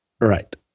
Right